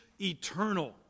eternal